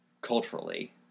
culturally